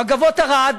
"מגבות ערד"